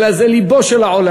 אלא זה לבו של העולם.